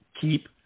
keep